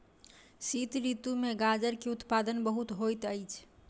शीत ऋतू में गाजर के उत्पादन बहुत होइत अछि